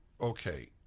Okay